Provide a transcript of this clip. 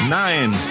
nine